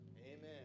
Amen